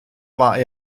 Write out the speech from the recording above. war